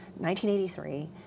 1983